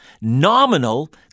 nominal